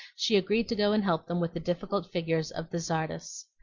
she agreed to go and help them with the difficult figures of the tzardas.